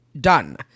done